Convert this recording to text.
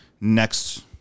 Next